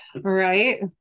Right